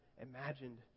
imagined